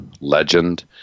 legend